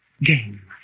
game